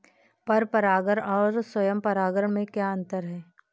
पर परागण और स्वयं परागण में क्या अंतर है?